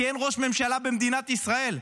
כי אין ראש ממשלה במדינת ישראל.